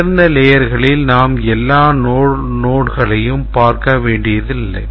உயர்ந்த layerகளில் நாம் எல்லா nodeகளையும் பார்க்க வேண்டியதில்லை